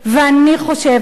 ואני חושבת,